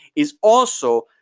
it's also